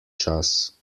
čas